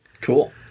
Cool